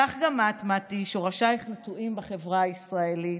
כך גם את, מטי, שורשייך נטועים בחברה הישראלית,